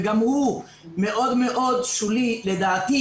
וגם הוא מאוד מאוד שולי לדעתי,